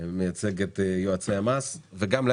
שמייצג את יועצי המס ודיברנו על זה.